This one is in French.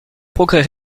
progrès